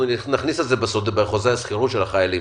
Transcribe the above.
אנחנו נכניס את זה בחוזה השכירות של החיילים,